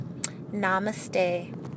Namaste